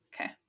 Okay